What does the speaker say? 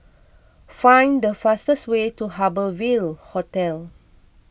find the fastest way to Harbour Ville Hotel